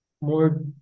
more